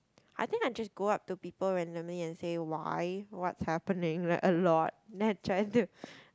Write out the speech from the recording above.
I think I just go up to people randomly and say why what's happening like a lot then I'm trying to